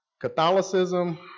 Catholicism